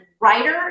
writer